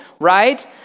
right